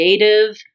creative